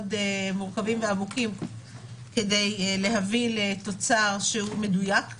מורכבים ועמוקים כדי להביא לתוצר מדויק,